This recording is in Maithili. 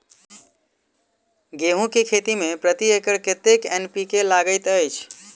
गेंहूँ केँ खेती मे प्रति एकड़ कतेक एन.पी.के लागैत अछि?